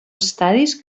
estadis